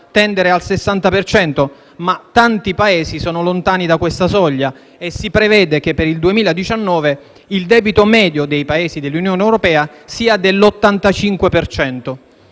tendere al 60 per cento, ma tanti Paesi sono lontani da questa soglia e si prevede che per il 2019 il debito medio per i Paesi dell'Unione europea sia dell'85